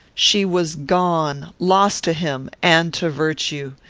she was gone lost to him, and to virtue.